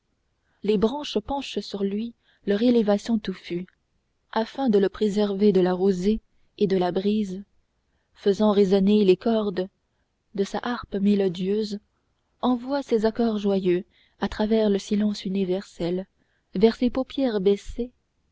les branches penchent sur lui leur élévation touffue afin de le préserver de la rosée et la brise faisant résonner les cordes de sa harpe mélodieuse envoie ses accords joyeux à travers le silence universel vers ces paupières baissées